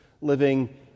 living